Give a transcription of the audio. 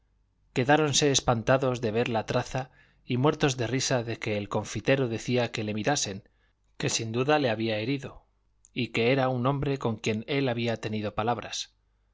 ella quedáronse espantados de ver la traza y muertos de risa de que el confitero decía que le mirasen que sin duda le había herido y que era un hombre con quien él había tenido palabras